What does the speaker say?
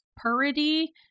Purity